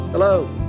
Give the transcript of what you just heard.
Hello